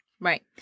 Right